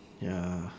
ya